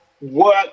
work